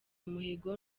umuhigo